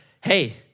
hey